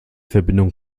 verbindung